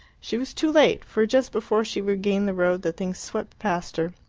she was too late for, just before she regained the road, the thing swept past her,